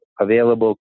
available